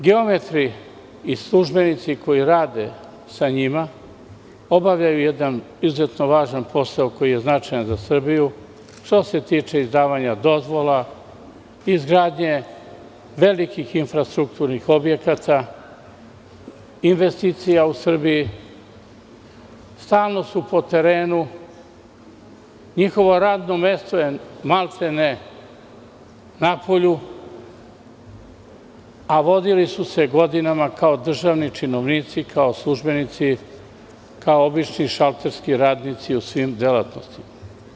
Geometri i službenici koji rade sa njima obavljaju jedan izuzetno važan posao koji je značajan za Srbiju, i to što se tiče izdavanja dozvola, izgradnje velikih infrastrukturnih objekata, investicija u Srbiji, stalno su po terenu, njihovo radno mesto je maltene napolju, a vodili su se godinama kao državni činovnici, kao službenici, kao obični šalterski radnici u svim delatnostima.